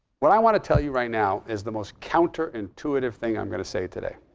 what i want to tell you right now is the most counter-intuitive thing i'm going to say today.